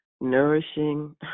nourishing